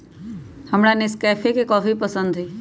हमरा नेस्कैफे के कॉफी पसंद हई